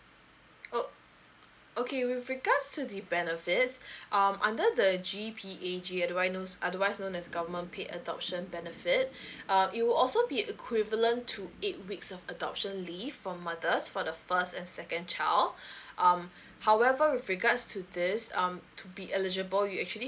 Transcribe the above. uh okay with regards to the benefits um under the G_P_A_B otherwise known as government paid adoption benefit um you will also be equivalent to eight weeks of adoption leave for mothers for the first and second child um however with regards to this um to be eligible you actually